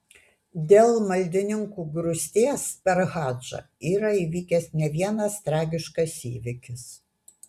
dėl maldininkų grūsties per hadžą yra įvykęs ne vienas tragiškas įvykis